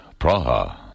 Praha (